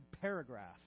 paragraph